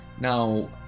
Now